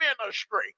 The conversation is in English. ministry